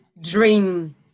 dream